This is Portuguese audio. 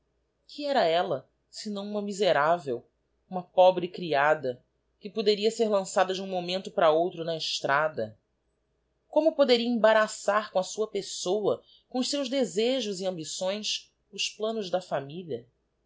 que era ella sinão uma miserável uma pobre creada que poderia ser lançada de um momento para outro na estrada como poderia embaraçar com a sua pessoa com os seus desejos e ambições os planos da familia